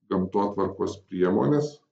gamtotvarkos priemones